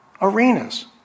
arenas